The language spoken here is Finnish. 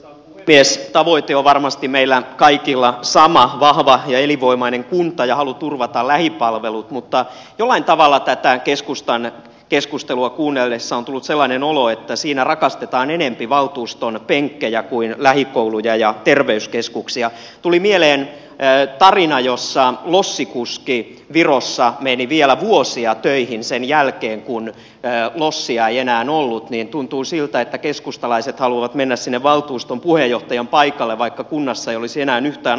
viesti tavoitti jo varmasti meillä kaikilla sama vahva ja elinvoimainen kunta ja halu turvata lähipalvelut mutta jollain tavalla tätä keskustan keskustelua kuunnellessa on tullut sellainen olo että siinä rakastetaan enempi valtuuston penkkejä kuin lähikouluja ja terveyskeskuksia tuli mieleen jää tarina jossa lossikuski ei virossa midi vielä vuosia töihin sen jälkeen kun lossiajänä on ollut niin tuntuu siltä että keskustalaiset haluavat mennä sinne valtuuston puheenjohtajan paikalle vaikka kunnassa ei olisi enää en yhtään